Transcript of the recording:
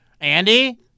Andy